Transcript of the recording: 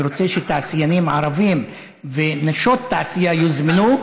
אני רוצה שתעשיינים ערבים ונשות תעשייה יוזמנו,